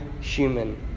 human